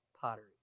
pottery